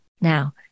Now